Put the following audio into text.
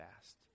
fast